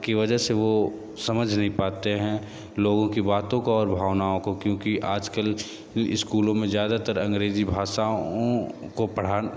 की वजह से वो समझ नहीं पाते हैं लोगों की बातों को और भावनाओं को क्योंकि आज कल स्कूलों में ज़्यादातर अंग्रेजी भाषाओं को पढ़ा